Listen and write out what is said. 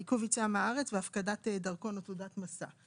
עיכוב יציאה מהארץ והפקדת דרכון או תעודת מסע.